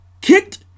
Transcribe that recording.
kicked